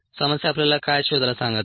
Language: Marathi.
समस्या आपल्याला काय शोधायला सांगत आहे